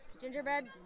Gingerbread